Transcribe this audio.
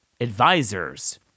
advisors